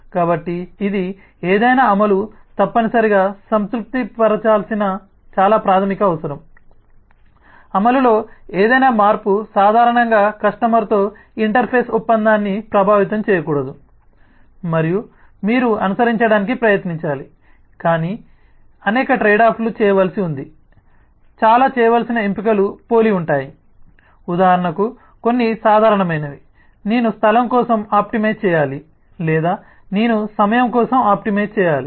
కాబట్టి ఇది ఏదైనా అమలు తప్పనిసరిగా సంతృప్తి పరచాల్సిన చాలా ప్రాథమిక అవసరం అమలులో ఏదైనా మార్పు సాధారణంగా కస్టమర్తో ఇంటర్ఫేస్ ఒప్పందాన్ని ప్రభావితం చేయకూడదు మరియు మీరు అనుసరించడానికి ప్రయత్నించాలి కాని అనేక ట్రేడ్ ఆఫ్లు చేయవలసి ఉంది చాలా చేయవలసిన ఎంపికలు పోలి ఉంటాయి ఉదాహరణకు కొన్ని సాధారణమైనవి నేను స్థలం కోసం ఆప్టిమైజ్ చేయాలి లేదా నేను సమయం కోసం ఆప్టిమైజ్ చేయాలి